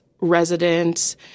residents